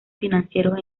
financieros